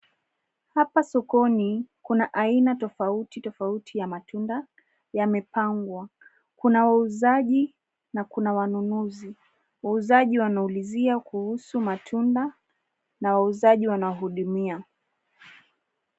Hapa sokoni kuna aina tofautitofauti ya matunda yamepangwa. Kuna wauzaji na kuna wanunuzi, wauzaji wanaulizia kuhusu matunda na wauzaji wanawahudumia.